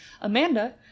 Amanda